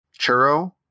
churro